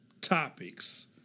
topics